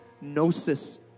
gnosis